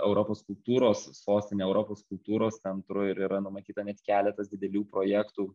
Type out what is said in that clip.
europos kultūros sostine europos kultūros centru ir yra numatyta net keletas didelių projektų